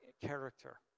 character